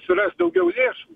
surast daugiau lėšų